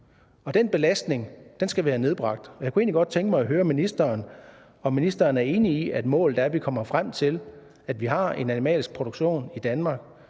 den belastning skal være nedbragt. Jeg kunne egentlig godt tænke mig at høre, om ministeren er enig i, at målet er, at vi kommer frem til, at vi har en animalsk produktion i Danmark,